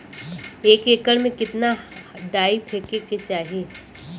एक एकड़ में कितना डाई फेके के चाही?